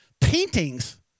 paintings